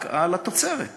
רק על התוצרת